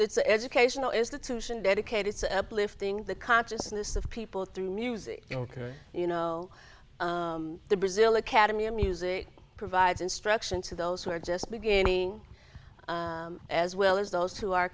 an educational institution dedicated to lifting the consciousness of people through music you know the brazil academy of music provides instruction to those who are just beginning as well as those who are